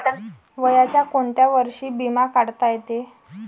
वयाच्या कोंत्या वर्षी बिमा काढता येते?